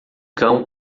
cão